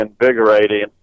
invigorating